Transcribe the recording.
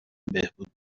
بهبود